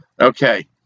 Okay